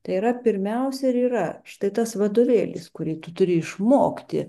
tai yra pirmiausia ir yra štai tas vadovėlis kurį tu turi išmokti